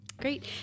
Great